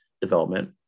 development